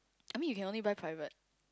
I mean you can only buy private